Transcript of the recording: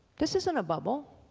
this isn't a bubble.